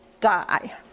die